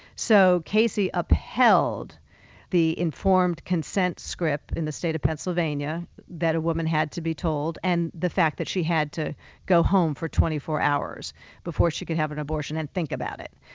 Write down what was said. so casey upheld the informed consent script in the state of pennsylvania that a woman had to be told, and the fact that she had to go home for twenty four hours before she could have an abortion and think about it.